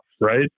right